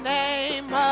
name